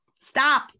stop